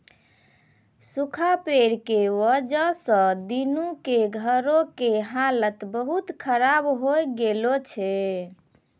सूखा पड़ै के वजह स दीनू के घरो के हालत बहुत खराब होय गेलो छै